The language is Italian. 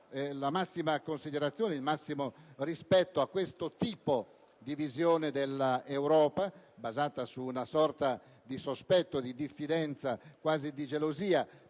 la massima considerazione e il massimo rispetto a questo tipo di visione dell'Europa, basata su una sorta di sospetto, di diffidenza, quasi di gelosia